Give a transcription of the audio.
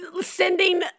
sending